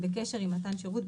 בקשר עם מתן שירות,